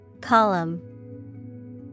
Column